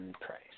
price